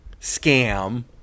scam